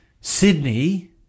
Sydney